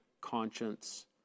conscience